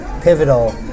pivotal